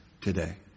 today